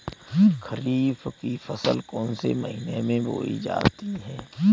खरीफ की फसल कौन से महीने में बोई जाती है?